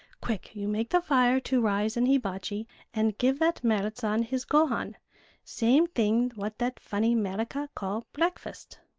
quick you make the fire to rise in hibachi and give that merrit san his gohan same thing what that funny merica call breakfast.